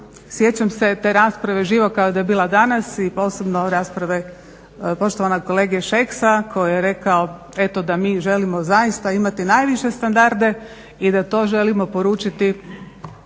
Sjećam se te rasprave živo kao da je bila danas i posebno rasprave poštovanog kolege Šeksa, koji je rekao eto da mi želimo zaista imati najviše standarde i da to želimo poručiti